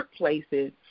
workplaces